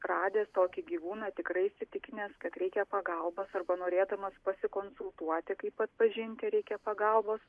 radęs tokį gyvūną tikrai įsitikinęs kad reikia pagalbos arba norėdamas pasikonsultuoti kaip atpažinti ar reikia pagalbos